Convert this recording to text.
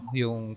yung